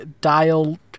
dial